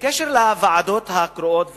בקשר לוועדות הקרואות והממונות,